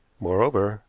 moreover,